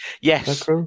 yes